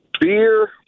Beer